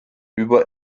über